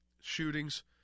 shootings